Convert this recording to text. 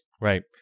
right